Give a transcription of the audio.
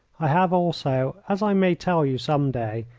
i have also, as i may tell you some day,